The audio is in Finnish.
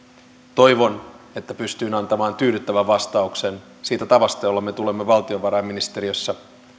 toivon että pystyin antamaan tyydyttävän vastauksen siitä tavasta jolla me tulemme valtiovarainministeriössä